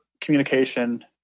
communication